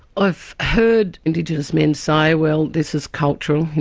i've heard indigenous men say, well, this is cultural', you know,